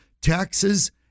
taxes